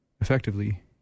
Effectively